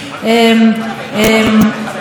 חברת הכנסת נחמיאס ורבין.